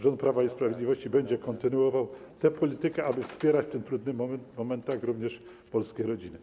Rząd Prawa i Sprawiedliwości będzie kontynuował tę politykę, aby wspierać w tych trudnych momentach również polskie rodziny.